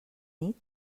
nit